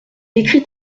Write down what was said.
écrit